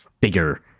bigger